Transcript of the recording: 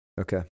Okay